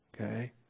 Okay